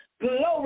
glory